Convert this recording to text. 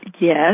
yes